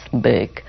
big